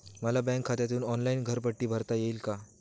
मला बँक खात्यातून ऑनलाइन घरपट्टी भरता येईल का?